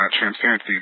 transparency